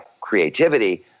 creativity